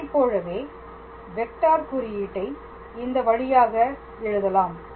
இதைப்போலவே வெக்டார் குறியீட்டை இந்த வழியாக எழுதலாம்